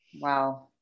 wow